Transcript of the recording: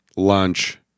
Lunch